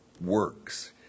works